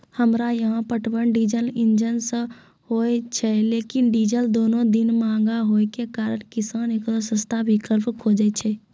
हमरा यहाँ पटवन डीजल इंजन से होय छैय लेकिन डीजल दिनों दिन महंगा होय के कारण किसान एकरो सस्ता विकल्प खोजे छैय?